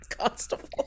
constable